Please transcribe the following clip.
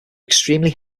extremely